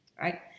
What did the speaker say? right